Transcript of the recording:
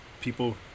people